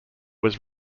was